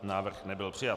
Návrh nebyl přijat.